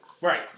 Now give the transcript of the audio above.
Right